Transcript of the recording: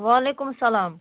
وعلیکُم السلام